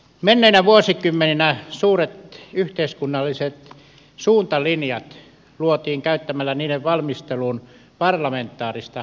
menneinä vuosikymmeninä suuret yhteiskunnalliset suuntalinjat luotiin käyttämällä niiden valmisteluun parlamentaarista komiteaa